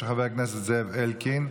של חבר הכנסת זאב אלקין,